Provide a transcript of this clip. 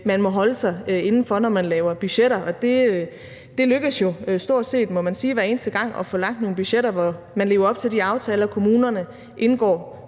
man må holde sig inden for, når man laver budgetter. Det lykkes jo stort set, må man sige, hver eneste gang at få lagt nogle budgetter, hvor man lever op til de aftaler, kommunerne indgår